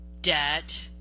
debt